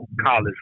college